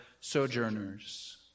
sojourners